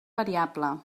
variable